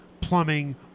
plumbing